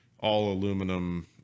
all-aluminum